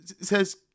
says